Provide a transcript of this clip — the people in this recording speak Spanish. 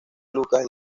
lucas